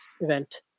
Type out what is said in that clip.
event